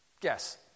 Guess